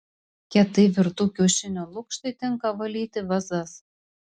kietai virtų kiaušinių lukštai tinka valyti vazas